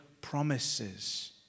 promises